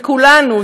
וכולנו,